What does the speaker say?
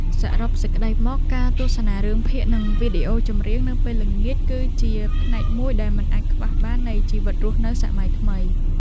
សរុបសេចក្តីមកការទស្សនារឿងភាគនិងវីដេអូចម្រៀងនៅពេលល្ងាចគឺជាផ្នែកមួយដែលមិនអាចខ្វះបាននៃជីវិតរស់នៅសម័យថ្មី។